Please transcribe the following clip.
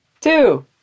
Two